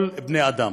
כל בני-אדם,